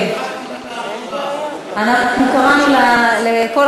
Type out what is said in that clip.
אני שואל את היושבת-ראש, למה